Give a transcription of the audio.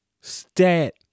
stat